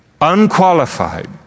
unqualified